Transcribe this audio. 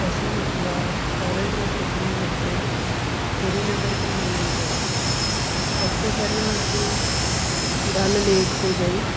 ਅਸੀਂ ਇਸ ਵਾਰ ਕੋਲਜ ਦੀਆਂ ਛੁੱਟੀਆਂ ਵਿੱਚ ਸ਼੍ਰੀਨਗਰ ਘੁੰਮਣ ਲਈ ਗਏ ਸਭ ਤੋਂ ਪਹਿਲਾਂ ਅਸੀਂ ਡੱਲ ਲੇਕ 'ਤੇ ਗਏ